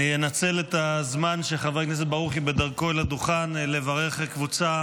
אני אנצל את הזמן שחבר הכנסת ברוכי בדרכו אל הדוכן לברך קבוצה